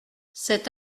cet